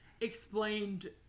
explained